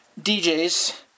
DJs